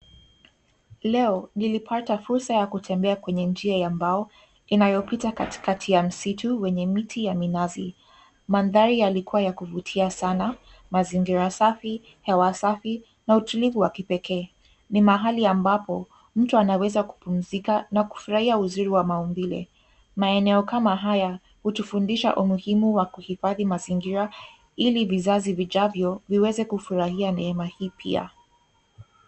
Leo nilipata fursa ya kutembea kwenye njia ya mbao, inayopita katikati ya msitu ,wenye miti ya minazi. Mandhari yalikuwa ya kuvutia sana mazingira safi ,hewa safi na utulivu wa kipekee. Ni mahali ambapo, mtu anaweza kupumzika na kufurahia uzuri wa maumbile. Maeneo kama haya hutufundisha umuhimu wa kuhifadhi mazingira ili vizazi vijavyo viweze kufurahia neema hii pia.